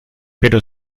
pero